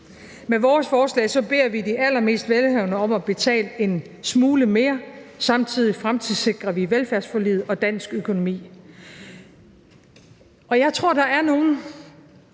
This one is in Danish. Med vores forslag beder vi de allermest velhavende om at betale en smule mere. Samtidig fremtidssikrer vi velfærdsforliget og dansk økonomi.